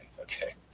okay